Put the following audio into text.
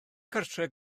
cartref